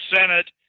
Senate